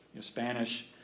Spanish